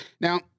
now